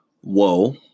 Whoa